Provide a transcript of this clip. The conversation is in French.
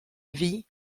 vie